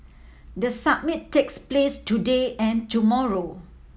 the summit takes place today and tomorrow